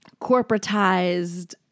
corporatized